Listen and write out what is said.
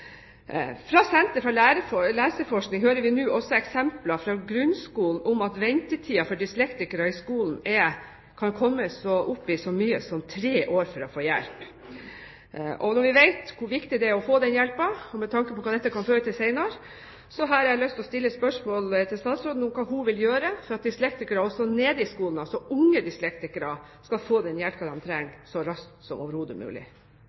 nå også om eksempler fra grunnskolen, der ventetiden for dyslektikere for å få hjelp kan komme opp i så mye som tre år. Når vi vet hvor viktig det er å få den hjelpen – og med tanke på hva dette kan føre til senere – har jeg lyst til å stille statsråden spørsmål om hva hun vil gjøre for at også dyslektikere i grunnskolen, altså unge dyslektikere, så raskt som overhodet mulig får den hjelpen de trenger.